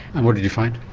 and what did you find?